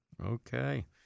Okay